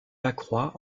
lacroix